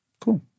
Cool